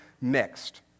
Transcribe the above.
mixed